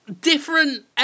Different